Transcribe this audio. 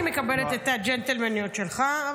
אני מקבלת את הג'נטלמניות שלך,